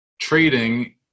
trading